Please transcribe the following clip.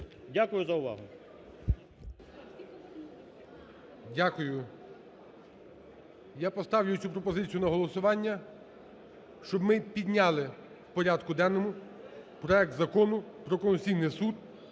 Дякую за увагу.